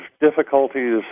difficulties